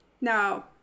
now